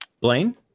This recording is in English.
Blaine